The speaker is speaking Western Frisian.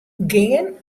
gean